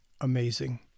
Amazing